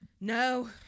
No